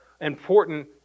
important